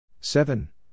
seven